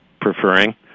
preferring